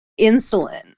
insulin